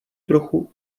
trochu